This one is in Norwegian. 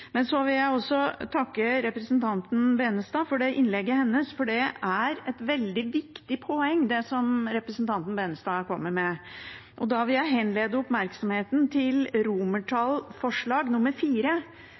vil også takke representanten Tveiten Benestad for innlegget hennes. Det er et veldig viktig poeng representanten Tveiten Benestad kommer med. Og da vil jeg henlede oppmerksomheten på IV, der vi sier at vi er nødt til